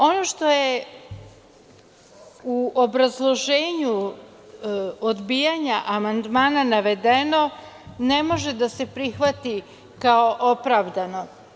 Ono što je u obrazloženju odbijanja amandmana navedeno, ne može da se prihvati kao opravdano.